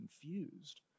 confused